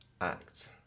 act